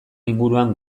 inguruan